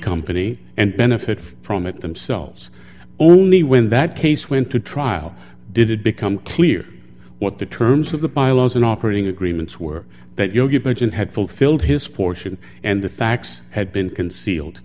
company and benefit from it themselves only when that case went to trial did it become clear what the terms of the pilots in operating agreements were that your pension had fulfilled his portion and the facts had been concealed